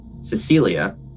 Cecilia